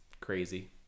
crazy